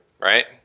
right